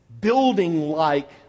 building-like